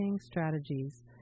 strategies